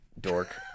Dork